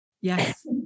Yes